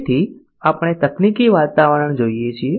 તેથી આપણે તકનીકી વાતાવરણ જોઈએ છીએ